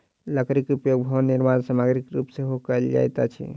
लकड़ीक उपयोग भवन निर्माण सामग्रीक रूप मे सेहो कयल जाइत अछि